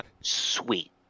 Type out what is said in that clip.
sweet